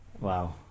Wow